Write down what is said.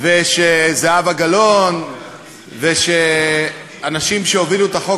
ושזהבה גלאון ושאנשים שהובילו את החוק